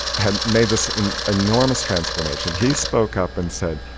and made this and enormous transformation. he spoke up and said,